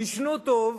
תישנו טוב,